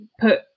put